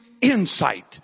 insight